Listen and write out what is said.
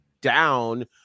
down